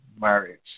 marriage